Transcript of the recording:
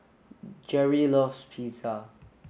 Gerry loves Pizza